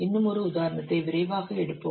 இன்னும் ஒரு உதாரணத்தை விரைவாக எடுப்போம்